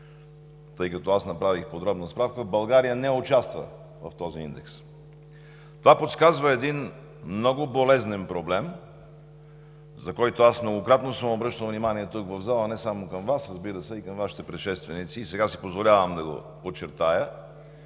тъй като аз направих подробна справка, България не участва в този индекс. Това подсказва един много болезнен проблем, за който аз многократно съм обръщал внимание тук, в залата, не само към Вас, разбира се, но и към Вашите предшественици и сега си позволявам да го подчертая,